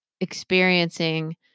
experiencing